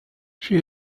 she